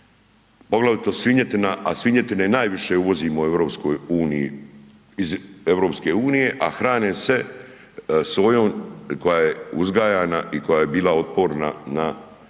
poglavito svinjetina, a svinjetine najviše uvozimo u EU, iz EU-e, a hrane se sojom koja je uzgajana i koja je bila otporna na